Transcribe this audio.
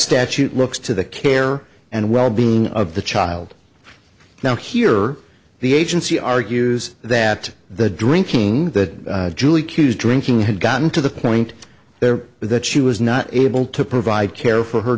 statute looks to the care and well being of the child now here the agency argues that the drinking that julie cuse drinking had gotten to the point there that she was not able to provide care for her